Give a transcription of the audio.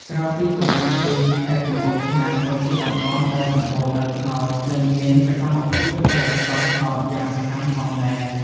ក្រៅពីកំពង់ស្ពឺ ខេត្តកំពង់ឆ្នាំងក៏ជាតំបន់ដែលសម្បូរដើមត្នោត និងមានសកម្មភាពផលិតស្ករត្នោតយ៉ាងសកម្មផងដែរ។